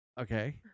Okay